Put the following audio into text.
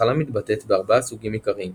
המחלה מתבטאת בארבעה סוגים עיקריים